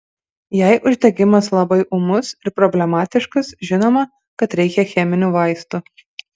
jei uždegimas labai ūmus ir problematiškas žinoma kad reikia cheminių vaistų